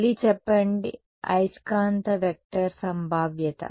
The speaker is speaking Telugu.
మళ్ళీ చెప్పండి అయస్కాంత వెక్టార్ సంభావ్యత